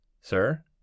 Sir